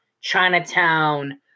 Chinatown